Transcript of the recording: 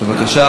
בבקשה.